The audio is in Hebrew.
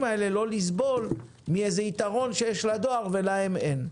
האלה לא לסבול מיתרון שיש לדואר ולהם אין.